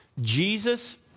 Jesus